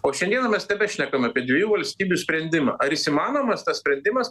o šiandieną mes tebešnekam apie dviejų valstybių sprendimą ar jis įmanomas tas sprendimas